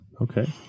okay